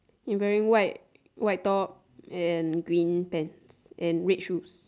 he wearing white white top and green pants and red shoes